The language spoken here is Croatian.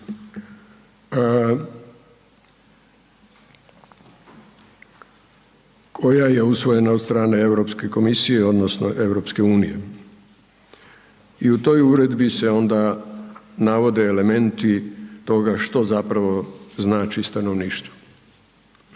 koja je usvojena od strane Europske komisije odnosno EU-a i u toj uredbi se onda navode elementi toga što zapravo znači stanovništvo.